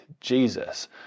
Jesus